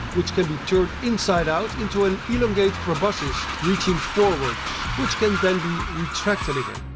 which can be turned inside out into an elongate proboscis reaching forwards, which can then be retracted again.